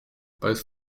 both